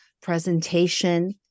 presentation